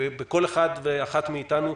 כל אחד ואחת מאתנו,